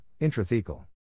intrathecal